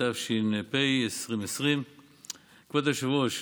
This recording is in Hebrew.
התש"ף 2020. כבוד היושב-ראש,